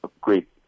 great